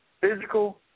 physical